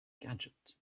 gadget